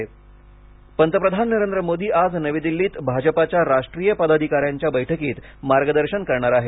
भाजपा बैठक पंतप्रधान नरेंद्र मोदी आज नवी दिल्लीत भाजपाच्या राष्ट्रीय पदाधिका यांच्या बैठकीत मार्गदर्शन करणार आहेत